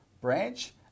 branch